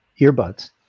earbuds